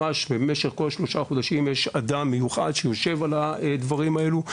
ממש במשך שלושה חודשים יש אדם מיוחד שיושב על הדברים האלו,